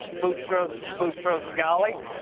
boutros boutros-ghali?